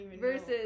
Versus